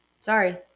Sorry